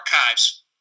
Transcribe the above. archives